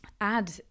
add